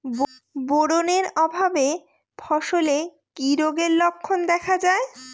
Boron এর অভাবে ফসলে কি রোগের লক্ষণ দেখা যায়?